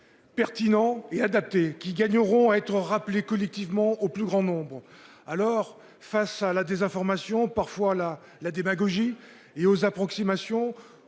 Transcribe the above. Pertinents et adaptés qui gagneront à être rappelé collectivement au plus grand nombre. Alors face à la désinformation parfois la la démagogie et aux approximations